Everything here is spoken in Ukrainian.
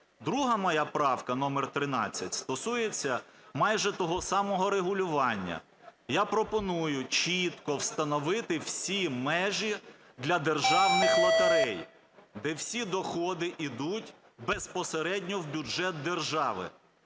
Друга моя правка номер 13 стосується майже того самого регулювання. Я пропоную чітко встановити всі межі для державних лотерей, де всі доходи ідуть безпосередньо в бюджет держави.